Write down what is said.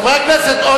חברי הכנסת,